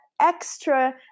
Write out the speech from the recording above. extra